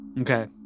Okay